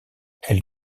elle